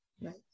Right